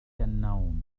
النوم